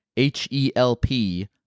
H-E-L-P